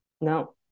No